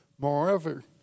Moreover